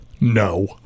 no